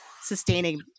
sustaining